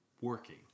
working